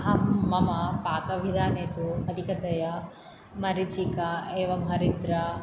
अहं मम पाक विधाने तु अधिकतया मरीचिका एवं हरिद्रा